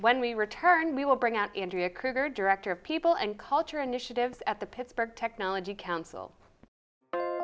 when we return we will bring out andrea krueger director of people and culture initiatives at the pittsburgh technology coun